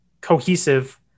cohesive